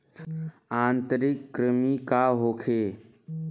आंतरिक कृमि का होखे?